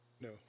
No